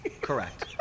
Correct